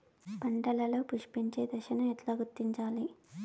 పంటలలో పుష్పించే దశను ఎట్లా గుర్తించాలి?